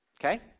Okay